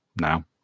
now